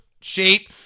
shape